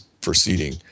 proceeding